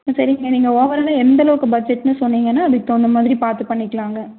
ம் சரிங்க நீங்கள் ஓவர்ஆலா எந்தளவுக்கு பட்ஜெட்னு சொன்னிங்கனா அதுக்கு தகுந்த மாதிரி பார்த்து பண்ணிக்கலாங்க